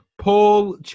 Paul